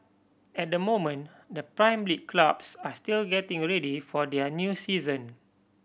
at the moment the Prime League clubs are still getting already for their new season